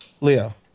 Leo